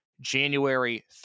January